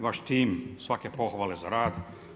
Vaš tim svake pohvale za rad.